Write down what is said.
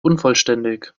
unvollständig